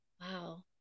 wow